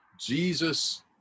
Jesus